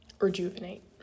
rejuvenate